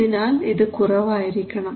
അതിനാൽ ഇത് കുറവായിരിക്കണം